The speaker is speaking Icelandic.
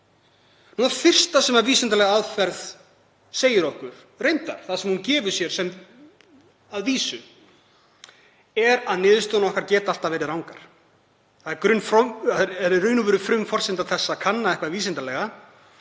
Það fyrsta sem vísindaleg aðferð segir okkur, að vísu reyndar það sem hún gefur sér, er að niðurstöður okkar geta alltaf verið rangar. Það er í raun og veru frumforsenda þess að kanna eitthvað vísindalega